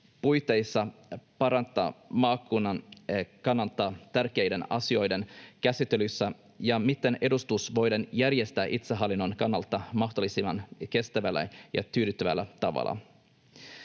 parantaa maakunnan kannalta tärkeiden asioiden käsittelyssä ja miten edustus voidaan järjestää itsehallinnon kannalta mahdollisimman kestävällä ja tyydyttävällä tavalla.